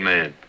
Man